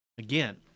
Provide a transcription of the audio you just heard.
Again